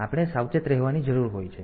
તેથી આપણે સાવચેત રહેવાની જરૂર હોય છે